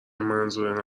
منظور